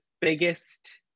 biggest